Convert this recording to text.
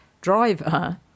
driver